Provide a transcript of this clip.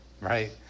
right